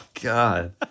god